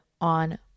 on